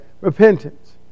Repentance